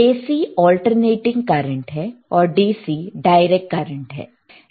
AC alternating current है और DC direct current है